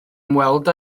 ymweld